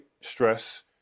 stress